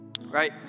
right